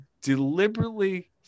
deliberately